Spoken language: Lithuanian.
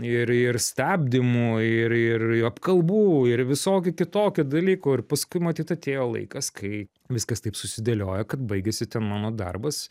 ir ir stabdymų ir ir apkalbų ir visokių kitokių dalykų ir paskui matyt atėjo laikas kai viskas taip susidėliojo kad baigiasi ten mano darbas